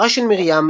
תוארה של מרים,